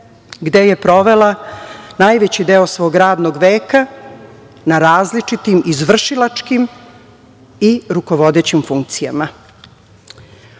gde je provela najveći deo svog radnog veka, na različitim izvršilačkim i rukovodećim funkcijama. Anu